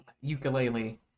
ukulele